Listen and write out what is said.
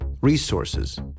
resources